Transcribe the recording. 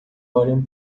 olham